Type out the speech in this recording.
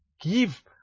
give